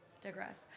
digress